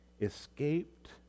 escaped